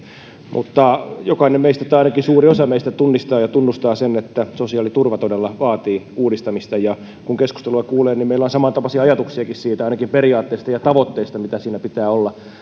mutta jokainen meistä tai ainakin suuri osa meistä tunnistaa ja ja tunnustaa sen että sosiaaliturva todella vaatii uudistamista ja kun keskustelua kuulee niin meillä on samantapaisia ajatuksiakin ainakin periaatteista ja tavoitteista mitä siinä pitää olla